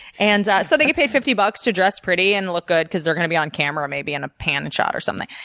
and so they get paid fifty dollars to dress pretty and look good because they're going to be on camera maybe in a panning shot or something.